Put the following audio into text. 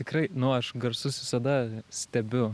tikrai nu aš garsus visada stebiu